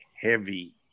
heavy